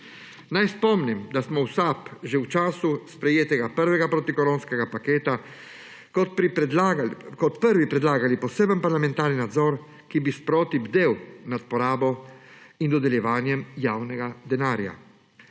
Naj spomnim, da smo v SAB že v času sprejetega prvega protikoronskega paketa kot prvi predlagali poseben parlamentarni nadzor, ki bi sproti bdel nad porabo in dodeljevanjem javnega denarja.